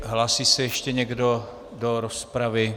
Hlásí se ještě někdo do rozpravy?